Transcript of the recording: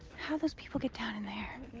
how'd those people get down in there?